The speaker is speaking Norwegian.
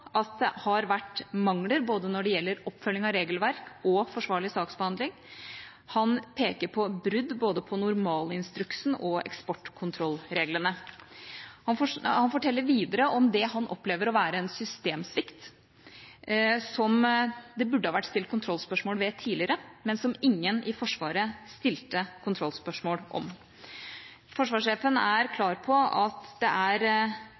at det har vært mangler når det gjelder både oppfølging av regelverk og forsvarlig saksbehandling. Han peker på brudd på både normalinstruksen og eksportkontrollreglene. Han forteller videre om det han opplever å være en systemsvikt som det burde ha vært stilt kontrollspørsmål ved tidligere, men som ingen i Forsvaret stilte kontrollspørsmål om. Forsvarssjefen er klar på at det er